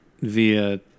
via